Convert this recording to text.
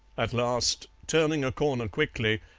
at last, turning a corner quickly,